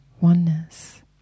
oneness